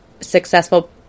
successful